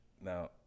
Now